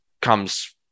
comes